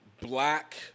black